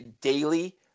daily